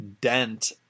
dent